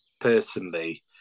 personally